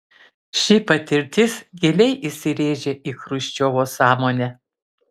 ši patirtis giliai įsirėžė į chruščiovo sąmonę